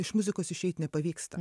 iš muzikos išeit nepavyksta